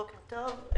בוקר טוב.